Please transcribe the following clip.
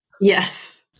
Yes